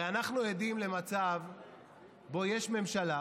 הרי אנחנו עדים למצב שבו יש ממשלה